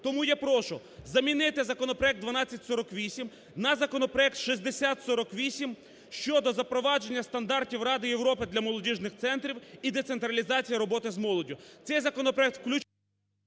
Тому я прошу замінити законопроект 1248 на законопроект 6048 щодо запровадження стандартів Ради Європи для молодіжних центрів і децентралізації роботи з молоддю.